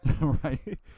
Right